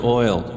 oil